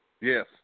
Yes